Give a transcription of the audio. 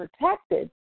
protected